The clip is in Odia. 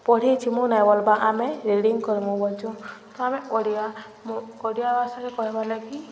ପଢ଼ିଛି ମୁଁ ନାଇଁ ବା ଆମେ ରିଡିଙ୍ଗ୍ କରିବୁ କହୁଛୁ ତ ଆମେ ଓଡ଼ିଆ ମୁଁ ଓଡ଼ିଆ ଭାଷାରେ କହିବାଲାଗି